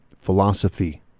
philosophy